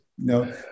No